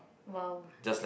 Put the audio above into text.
!wow!